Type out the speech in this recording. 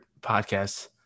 podcasts